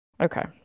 Okay